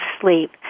sleep